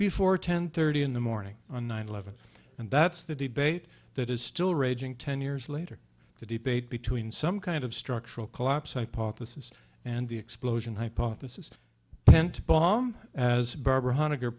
before ten thirty in the morning on nine eleven and that's the debate that is still raging ten years later the debate between some kind of structural collapse hypothesis and the explosion hypothesis tend to bomb as barbara honegger